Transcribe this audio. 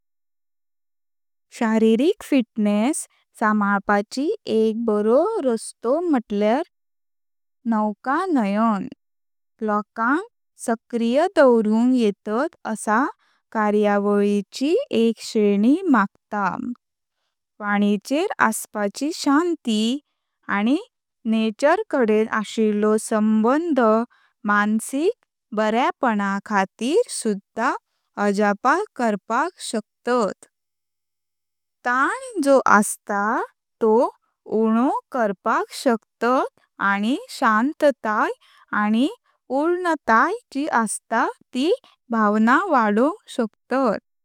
शारीरिक फिटनेस सांबलपाची एक बारो रस्तो म्हटल्यार नौकनयन। लोकांक सक्रीय दावरुंक येतात असा कार्यावळिची एक श्रेणी मागता। पाणिचेर आसपाची शांती आणि नेचर कडेन आशिल्लो संबंध मानसिक बार्यापण खातीर सुद्धा आजाप करपाक शकतात, तां जो आस्ततोह उणो करपाक शकतात आणि शांतताय आणि पुर्णताय जी आस्तात त भावना वाढवक शकतात।